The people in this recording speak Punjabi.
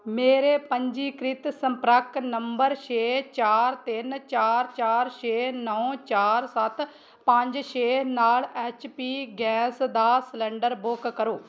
ਮੇਰੇ ਪੰਜੀਕ੍ਰਿਤ ਸੰਪਰਕ ਨੰਬਰ ਛੇ ਚਾਰ ਤਿੰਨ ਚਾਰ ਚਾਰ ਛੇ ਨੌਂ ਚਾਰ ਸੱਤ ਪੰਜ ਛੇ ਨਾਲ ਐਚ ਪੀ ਗੈਸ ਦਾ ਸਿਲੰਡਰ ਬੁੱਕ ਕਰੋ